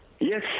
yes